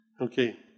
Okay